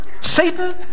Satan